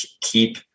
keep